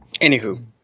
Anywho